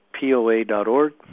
POA.org